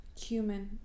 cumin